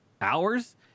hours